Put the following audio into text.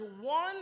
one